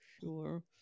sure